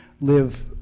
live